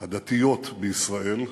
הדתיות בישראל,